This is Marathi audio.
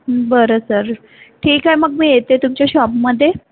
बरं सर ठीक आहे मग मी येते तुमच्या शॉपमध्ये